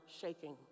shaking